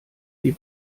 die